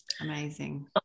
Amazing